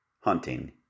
hunting